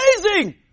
amazing